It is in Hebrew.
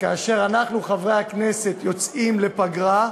שכאשר אנחנו, חברי הכנסת, יוצאים לפגרה,